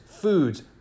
foods